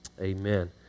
Amen